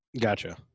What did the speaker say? Gotcha